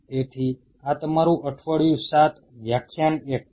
તેથી આ તમારું અઠવાડિયું 7 વ્યાખ્યાન 1 છે